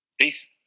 Peace